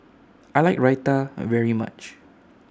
I like Raita very much